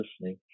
listening